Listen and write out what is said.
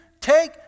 take